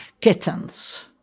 kittens